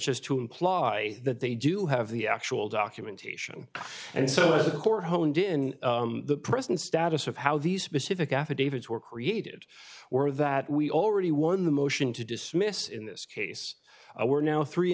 as to imply that they do have the actual documentation and so the court honed in the present status of how these specific affidavits were created or that we already won the motion to dismiss in this case we're now three and